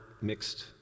mixed